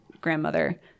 grandmother